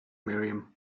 miriam